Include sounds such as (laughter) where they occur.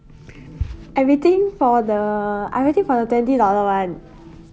(breath) I waiting for the I waiting for the twenty dollar [one]